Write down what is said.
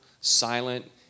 silent